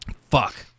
Fuck